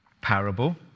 parable